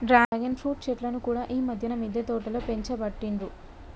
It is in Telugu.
డ్రాగన్ ఫ్రూట్ చెట్లను కూడా ఈ మధ్యన మిద్దె తోటలో పెంచబట్టిండ్రు